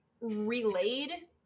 relayed